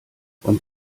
und